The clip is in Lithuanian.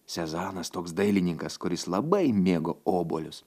sezanas toks dailininkas kuris labai mėgo obuolius